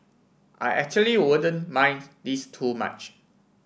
I actually wouldn't mind this too much